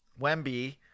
Wemby